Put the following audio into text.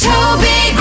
Toby